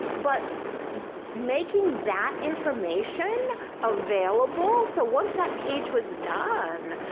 but making that information available. so once that page was done,